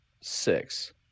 six